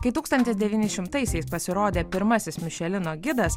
kai tūkstantis devynišimtaisiais pasirodė pirmasis mišelino gidas